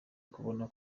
kubona